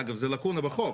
אגב, זה לקונה בחוק.